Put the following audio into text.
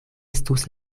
estus